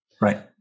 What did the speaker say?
Right